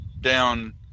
down –